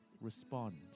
respond